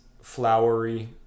flowery